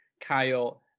Kyle